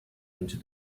into